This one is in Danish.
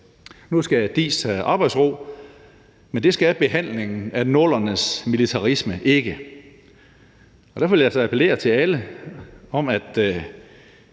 Nu skal DIIS have arbejdsro, men det skal behandlingen af 00'ernes militarisme ikke. Og derfor vil jeg altså appellere til alle om, at